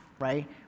right